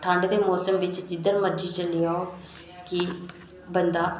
ठंड दे मौसम बिच जिद्धर मर्जी चली जाओ कि बंदा